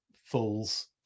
fools